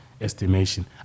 estimation